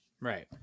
Right